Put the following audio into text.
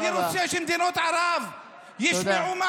אני רוצה שמדינות ערב ישמעו, תודה.